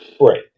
right